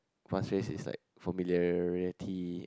Pasir-Ris is like familiarity